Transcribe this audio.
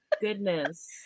goodness